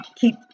keep